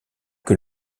que